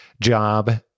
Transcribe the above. job